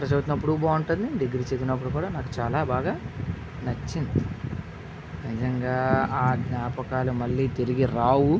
inter చదువుతున్నప్పుడు బాగుంటుంది degree చదివినప్పుడు కుడా నాకు చాలా బాగా నచ్చింది నిజంగా ఆ జ్ఞాపకాలు మళ్లీ తిరిగి రావు